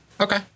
okay